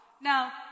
Now